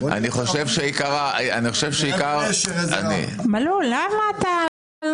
--- מלול, למה אתה לא